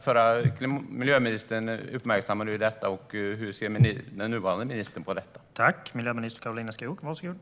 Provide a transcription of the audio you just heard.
Förra miljöministern uppmärksammade det. Hur ser den nuvarande ministern på det?